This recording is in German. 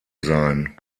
sein